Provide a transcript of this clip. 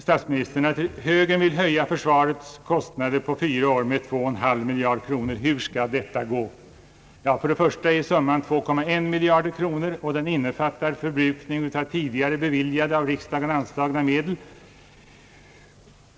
Statsministern säger vidare att högern vill höja försvarskostnaderna på fyra år med 2,5 miljarder kronor och undrar hur det skall gå till. Först och främst är summan 2,1 miljarder kronor och innefattar förbrukning av tidigare beviljade och av riksdagen anslagna medel.